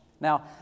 Now